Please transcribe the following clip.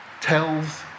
tells